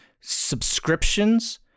subscriptions